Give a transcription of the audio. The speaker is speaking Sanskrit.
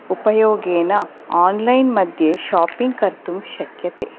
उपयोगेन आन्लैन् मध्ये शापिङ्ग् कर्तुं शक्यते